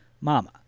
Mama